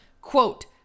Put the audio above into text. quote